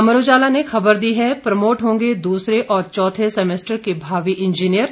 अमर उजाला ने खबर दी है प्रमोट होंगे दूसरे और चौथे सेमेस्टर के भावी इंजीनियर